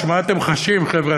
מה אתם חשים, חבר'ה?